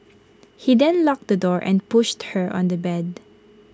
he then locked the door and pushed her on the bed